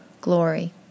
glory